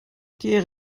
ker